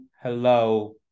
hello